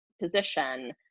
position